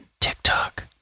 TikTok